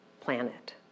planet